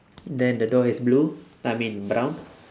then the door is blue I mean brown